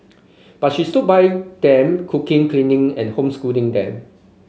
but she stood by them cooking cleaning and homeschooling them